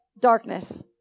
Darkness